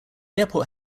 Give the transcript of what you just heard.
airport